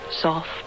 soft